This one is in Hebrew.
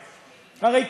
הרי,